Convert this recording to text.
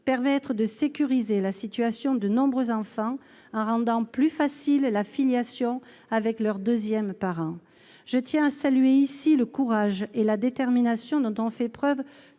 surtout de sécuriser la situation de nombreux enfants, en rendant plus facile la filiation avec leur deuxième parent. Je tiens à saluer ici le courage et la détermination dont ont fait preuve